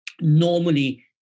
Normally